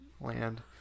land